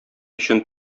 өчен